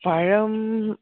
പഴം